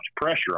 pressure